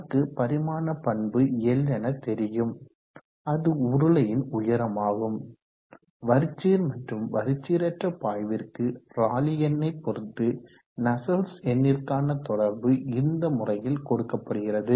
நமக்கு பரிமாண பண்பு l என தெரியும் அது உருளையின் உயரமாகும் வரிச்சீர் மற்றும் வரிச்சீரற்ற பாய்விற்கு ராலி எண்ணை பொறுத்து நஸ்சல்ட்ஸ் எண்ணிற்கான தொடர்பு இந்த முறையில் கொடுக்கப்படுகிறது